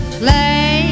play